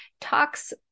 talks